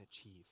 achieve